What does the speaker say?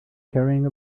carrying